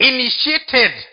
Initiated